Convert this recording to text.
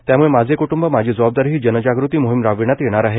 त्यामुळे माझे कुटुंब माझी जबाबदारी ही जनजागृती मोहीम राबवण्यात येणार आहे